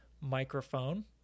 microphone